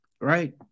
right